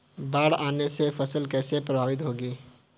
बाढ़ आने से फसल कैसे प्रभावित होगी?